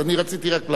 אז רציתי רק להסביר.